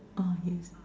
uh yes